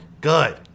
good